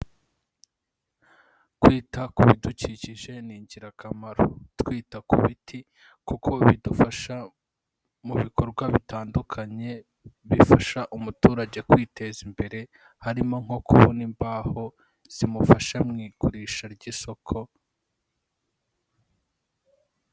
Kwita ku bidukikije ni ingirakamaro, twita ku biti kuko bidufasha mu bikorwa bitandukanye bifasha umuturage kwiteza imbere, harimo nko kubona imbaho zimufasha mu igurisha ry'isoko.